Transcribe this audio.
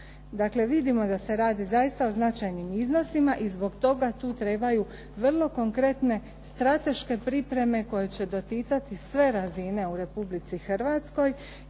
Dakle vidimo da se radi zaista o značajnim iznosima i zbog toga tu trebaju vrlo konkretne strateške pripreme koje će doticati sve razine u Republici Hrvatskoj.